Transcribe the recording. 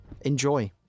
enjoy